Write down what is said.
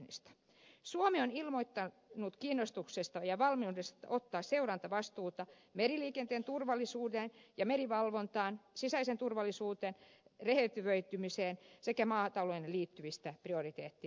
suomi on ilmoittanut kiinnostuksesta ja valmiudesta ottaa seurantavastuuta meriliikenteen turvallisuuteen ja merivalvontaan sisäiseen turvallisuuteen rehevöitymiseen sekä maatalouteen liittyvistä prioriteettialueista